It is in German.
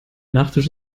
nachtisch